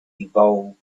evolved